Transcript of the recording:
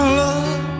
love